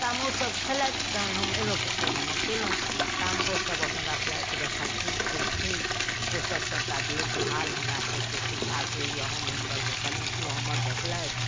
तामे ओ सब खेलथि तहन फेर हम अयलहुँ तऽ फेर कयलहुँ ताबे ओ सब अपन राखलथि तऽ देखलखिन कयलखिन ओ सब सबटा देख भाल हमरा सबके सुविधासँ हम हुनकर देखलियनि ओ हमर देखलथि